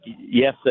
yes